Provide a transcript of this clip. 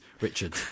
Richard